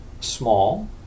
small